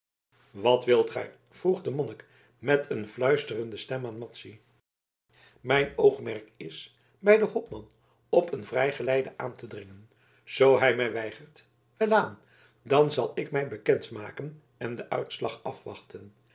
wat wilt gij vroeg de monnik met een fluisterende stem aan madzy mijn oogmerk is bij den hopman op een vrijgeleide aan te dringen zoo hij mij weigert welaan dan zal ik mij bekend maken en den uitslag afwachten